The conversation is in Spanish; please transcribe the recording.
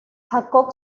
jacob